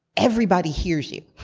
everybody hears you.